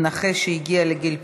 נכה שהגיע לגיל פרישה),